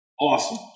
Awesome